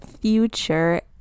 future